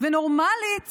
ונורמלית